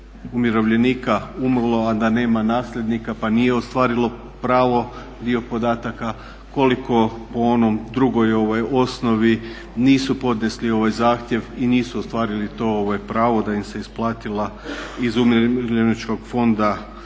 umirovljenika umrlo, a da nema nasljednika pa nije ostvarilo pravo dio podataka, koliko po onoj drugoj osnovi nisu podnesli ovaj zahtjev i nisu ostvarili to pravo da im se isplatila iz Umirovljeničkog fonda